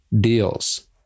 deals